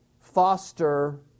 foster